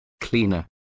cleaner